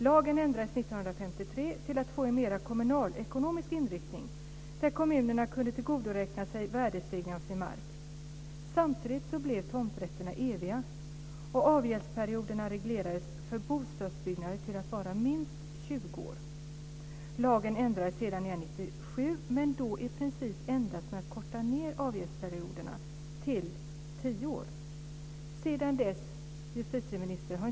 Lagen ändrades 1953 till att få en mera kommunalekonomisk inriktning, där kommunerna kunde tillgodoräkna sig värdestegringen av sin mark. Samtidigt blev tomträtterna "eviga", och avgäldsperioderna reglerades för bostadsbyggnader till att vara minst 20 Lagen ändrades igen 1970, men då i princip endast med att avgäldsperioderna kortades ned till tio år. Sedan dess har inte mycket hänt.